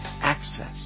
access